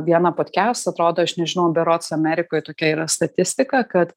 vieno potkesto atrodo aš nežinau berods amerikoj tokia yra statistika kad